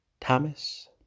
Thomas